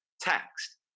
text